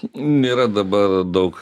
nėra dabar daug